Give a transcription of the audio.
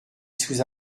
sous